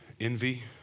envy